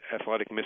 athletic